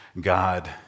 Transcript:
God